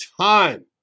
time